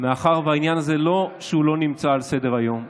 מאחר שהעניין הזה, לא שהוא לא נמצא על סדר-היום.